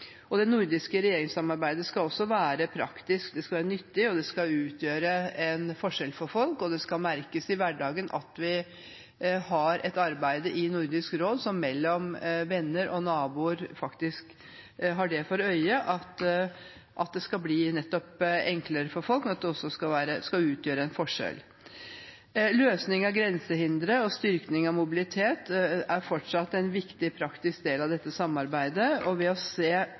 utvikling. Det nordiske regjeringssamarbeidet skal også være praktisk. Det skal være nyttig. Det skal utgjøre en forskjell for folk. Det skal merkes i hverdagen at vi har et arbeid i Nordisk råd som mellom venner og naboer har for øye at det nettopp skal bli enklere for folk, men at det også skal utgjøre en forskjell. Løsning av grensehindre og styrking av mobilitet er fortsatt en viktig praktisk del av dette samarbeidet, ved at vi også anerkjenner at det er et felles språk og